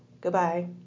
Goodbye